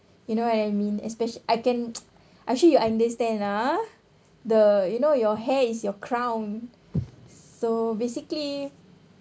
you know I mean especially I can actually you understand lah the you know your hair is your crown so basically